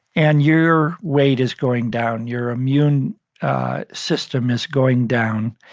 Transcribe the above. and your weight is going down. your immune system is going down.